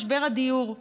משבר הדיור,